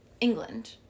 England